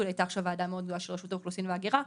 היתה ועדה מאוד גדולה של רשות האוכלוסין וההגירה.